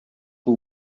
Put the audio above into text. who